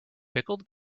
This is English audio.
pickled